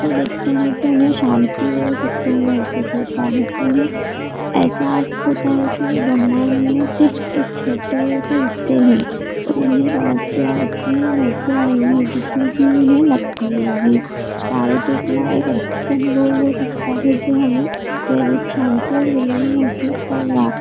को देखते हैं तो उन्हें शांति और सुकून महसूस होता है उन्हें एहसास होता है कि वह ब्रह्मांड में सिर्फ एक छोटे से हिस्से हैं और उन्हें समस्या इतनी महत्वपूर्ण नहीं हो जितनी कि उन्हें लगती है तारे देखना एक अद्भुत अनुभव हो सकता है जो हमें प्रेरित शांति अनुभव महसूस करवा